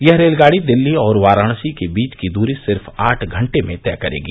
यह रेलगाड़ी दिल्ली और वाराणसी के बीच की दूरी सिर्फ आठ घंटे में तय करेगी